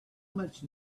much